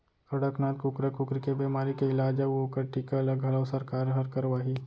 कड़कनाथ कुकरा कुकरी के बेमारी के इलाज अउ ओकर टीका ल घलौ सरकार हर करवाही